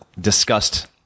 discussed